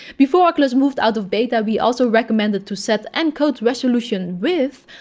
before oculus moved out of beta, we also recommended to set encode resolution width,